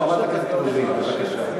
חברת הכנסת רוזין, בבקשה.